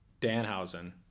Danhausen